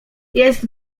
jest